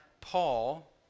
Paul